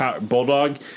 bulldog